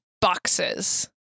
boxes